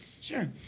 Sure